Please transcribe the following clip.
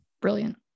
Brilliant